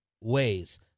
ways